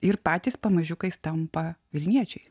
ir patys pamažiukais tampa vilniečiai